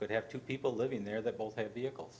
could have two people living there that both have vehicles